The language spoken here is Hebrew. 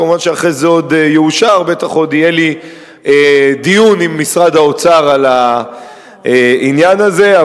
כמובן שאחרי שזה יאושר עוד יהיה לי דיון עם משרד האוצר על העניין הזה,